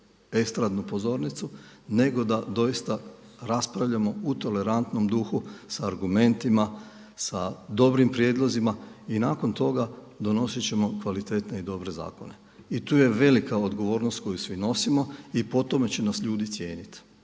estradnu pozornicu, nego da doista raspravljamo u tolerantnom duhu sa argumentima, sa dobrim prijedlozima i nakon toga donosit ćemo kvalitetne i dobre zakone. I tu je velika odgovornost koju svi nosimo i po tome će nas ljudi cijeniti.